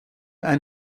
ein